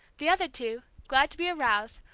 the other two, glad to be aroused,